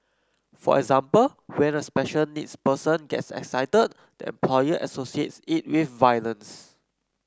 for example when a special needs person gets excited the employer associates it with violence